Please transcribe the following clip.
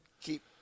keep